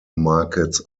markets